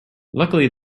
luckily